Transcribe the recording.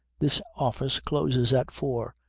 this office closes at four,